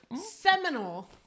seminal